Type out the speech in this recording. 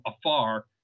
afar